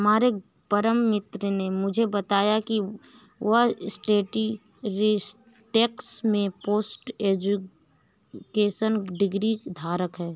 हमारे परम मित्र ने मुझे बताया की वह स्टेटिस्टिक्स में पोस्ट ग्रेजुएशन डिग्री धारक है